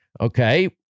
Okay